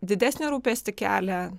didesnį rūpestį kelia